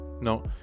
No